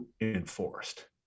enforced